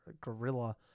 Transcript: Gorilla